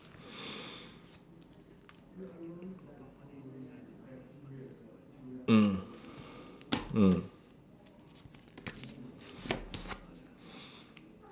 mm mm